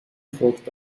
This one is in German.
folgte